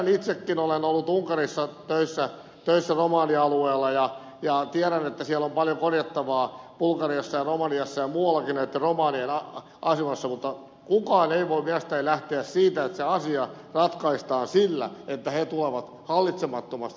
tiedän koska itsekin olen ollut unkarissa töissä romanialueella että bulgariassa ja romaniassa ja muuallakin on paljon korjattavaa näitten romanien asemassa mutta kukaan ei voi mielestäni lähteä siitä että se asia ratkaistaan sillä että he tulevat hallitsemattomasti tänne